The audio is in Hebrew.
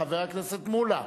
חבר הכנסת מולה.